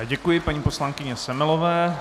Děkuji paní poslankyni Semelové.